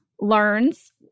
learns